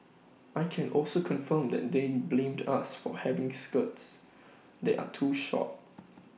I can also confirm that they blamed us for having skirts that are too short